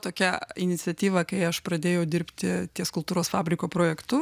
tokia iniciatyva kai aš pradėjau dirbti ties kultūros fabriko projektu